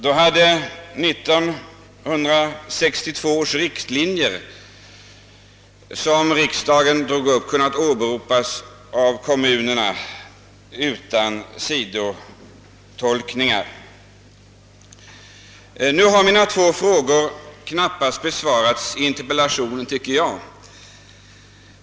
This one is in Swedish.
Då hade de riktlinjer, som riksdagen drog upp 1962, kunnat åberopas av kommunerna utan sidotolkningar. Nu har mina två frågor i interpellationen knappast besvarats, tycker jag.